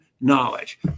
knowledge